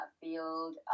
field